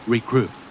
Recruit